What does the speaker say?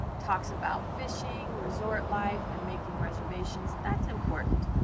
talks about fishing, resort life and making reservations. that's important.